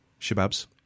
shababs